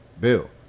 Bill